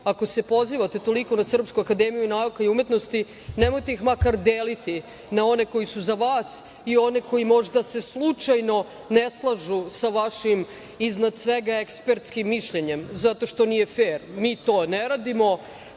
ako se pozivate toliko na Srpsku akademiju i nauke i umetnosti nemojte ih makar deliti na one koji su vas i one koji možda se slučajno ne slažu sa vašim iznad svega ekspertskim mišljenjem zato što nije fer, mi to ne radimo,